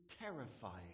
terrifying